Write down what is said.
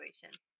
situation